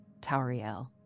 Tauriel